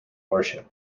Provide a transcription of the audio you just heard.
worship